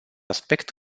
aspect